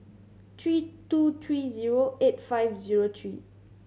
three two three zero eight five zero three